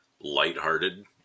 lighthearted